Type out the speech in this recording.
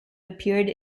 appeared